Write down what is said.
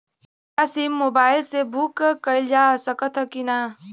नया sim mobile से book कइलजा सकत ह कि ना?